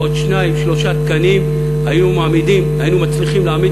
עם עוד שניים-שלושה תקנים היינו מצליחים להעמיד